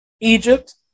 Egypt